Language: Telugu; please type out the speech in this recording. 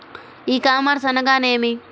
ఈ కామర్స్ అనగానేమి?